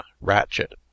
ratchet